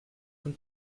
von